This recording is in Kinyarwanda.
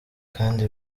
kandi